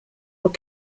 were